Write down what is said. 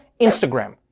Instagram